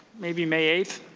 maybe may eighth.